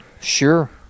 sure